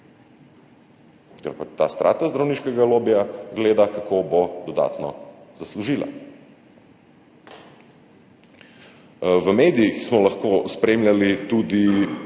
ker ta strata zdravniškega lobija gleda, kako bo dodatno zaslužila. V medijih smo lahko spremljali tudi